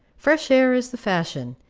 fresh air is the fashion,